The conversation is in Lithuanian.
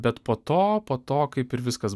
bet po to po to kaip ir viskas